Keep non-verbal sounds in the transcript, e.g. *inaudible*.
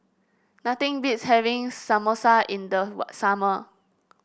nothing beats having Samosa in the *unintelligible* summer